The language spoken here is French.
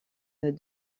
est